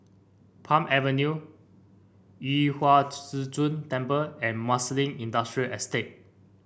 Palm Avenue Yu Huang Zhi Zun Temple and Marsiling Industrial Estate